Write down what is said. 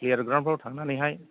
गेलेग्राफ्राव थांनानैहाय